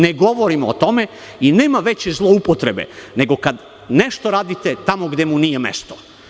Ne govorimo o tome i nema veće zloupotrebe nego kad nešto radite tamo gde mu nije mesto.